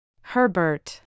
Herbert